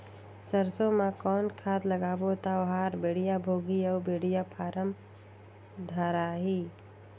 सरसो मा कौन खाद लगाबो ता ओहार बेडिया भोगही अउ बेडिया फारम धारही?